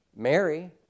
Mary